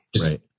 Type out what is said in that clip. Right